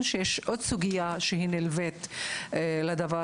הסוגיה שנלווית כמובן לכך